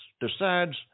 decides